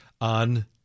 on